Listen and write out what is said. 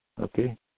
Okay